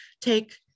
take